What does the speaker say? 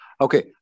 Okay